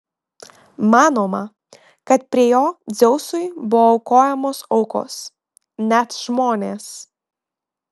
manoma kad prie jo dzeusui buvo aukojamos aukos net žmonės